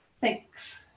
thanks